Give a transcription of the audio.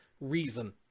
reason